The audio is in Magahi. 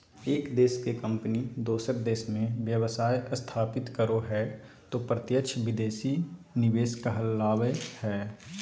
एक देश के कम्पनी दोसर देश मे व्यवसाय स्थापित करो हय तौ प्रत्यक्ष विदेशी निवेश कहलावय हय